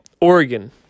Oregon